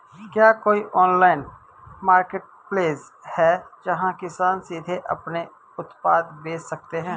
क्या कोई online marketplace है जहां किसान सीधे अपने उत्पाद बेच सकते हैं?